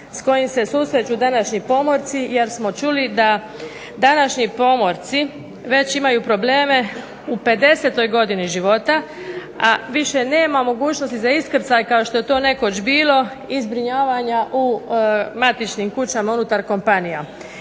s kojim se susreću današnji pomorci jer smo čuli da današnji pomorci već imaju probleme u 50 godini života, a više nema mogućnosti za iskrcaj kao što je to nekoć bilo i zbrinjavanja u matičnim kućama unutar kompanija.